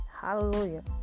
Hallelujah